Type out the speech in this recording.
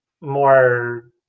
more